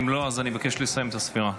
אם לא, אני מבקש לסיים את הספירה.